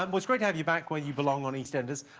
um what's great to have you back where you belong on eastenders?